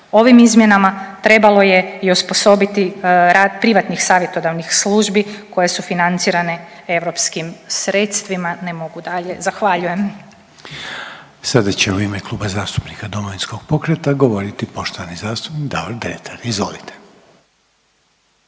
Ovim izmjenama trebalo je i osposobiti rad privatnih savjetodavnih službi koje su financirane europskim sredstvima. Ne mogu dalje, zahvaljujem. **Reiner, Željko (HDZ)** Sada će u ime Kluba zastupnika Domovinskog pokreta govoriti poštovani zastupnik Davor Dretar, izvolite.